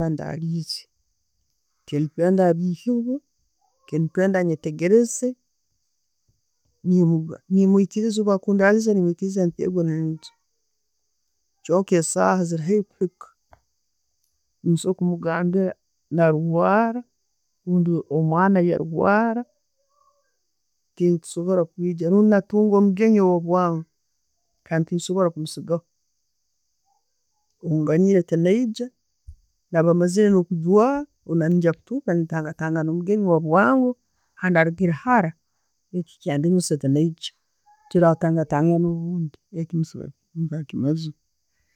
Kandi alire, tindikwenda abihirwe, tindikwenda anyetegereze, nenyikirizibwa kundazibwa kyonka esaaha zirihaikwika, nensobora kumugambira narwara, bundi omwana yarwara, tinkisobora kwijja obundi natunga omugenyi owabwangu kandi tinsobora kumisigaho. Oganyire tinaijja mbaire maziire no'kuchwara mbaire nengya kuturuka natangatagana omugenyi wa'bwangu kandi harugira hara, ekyo kyanemesa tenaija tunatangatanga obundi, ekyo nemba nkimazire.